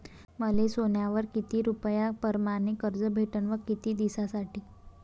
मले सोन्यावर किती रुपया परमाने कर्ज भेटन व किती दिसासाठी?